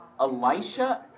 Elisha